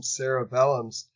cerebellums